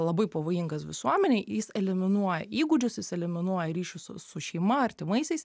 labai pavojingas visuomenei jis eliminuoja įgūdžius jis eliminuoja ryšius su su šeima artimaisiais